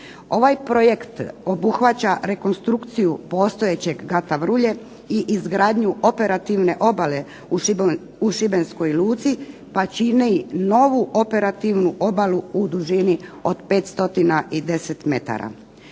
Ovaj projekt obuhvaća rekonstrukciju postojećeg Kata Vrulje i izgradnju operativne obale u šibenskoj luci, pa čini novu operativnu obalu u dužini od 5 stotina